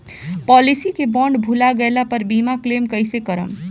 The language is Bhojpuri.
पॉलिसी के बॉन्ड भुला गैला पर बीमा क्लेम कईसे करम?